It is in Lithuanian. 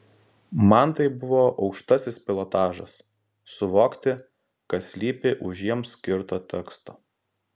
man tai buvo aukštasis pilotažas suvokti kas slypi už jiems skirto teksto